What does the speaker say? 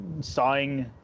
sawing